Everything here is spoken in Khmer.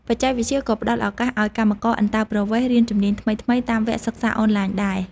បច្ចេកវិទ្យាក៏ផ្តល់ឱកាសឲ្យកម្មករអន្តោប្រវេសន៍រៀនជំនាញថ្មីៗតាមវគ្គសិក្សាអនឡាញដែរ។